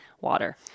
water